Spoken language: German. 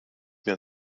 mehr